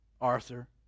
Arthur